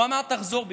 הוא אמר: תחזור בך.